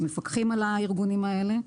מפקחים על הארגונים האלה.